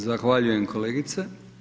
Zahvaljujem kolegici.